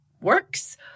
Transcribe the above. works